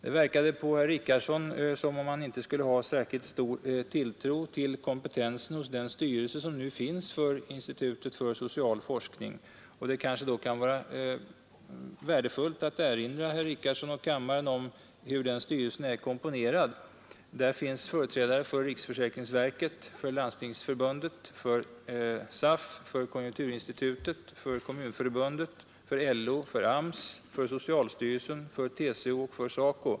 Det verkade på herr Richardson som om han inte skulle ha särskilt stor tilltro till kompetensen hos den styrelse som nu finns för institutet för social forskning, och det kanske kan vara värdefullt att erinra honom och kammaren om hur den styrelsen är komponerad. Där finns företrädare för riksförsäkringsverket, Landstingsförbundet, SAF, konjunkturinstitutet, Kommunförbundet, LO, AMS, socialstyrelsen, TCO och SACO.